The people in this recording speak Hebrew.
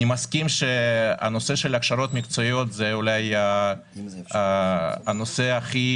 אני מסכים שהנושא של הכשרות מקצועיות הוא אולי הנושא הכי